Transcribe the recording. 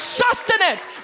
sustenance